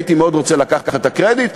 הייתי מאוד רוצה לקחת את הקרדיט,